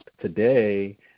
today